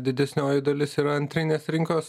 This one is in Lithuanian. didesnioji dalis yra antrinės rinkos